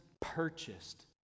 purchased